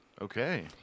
Okay